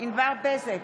ענבר בזק,